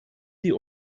sie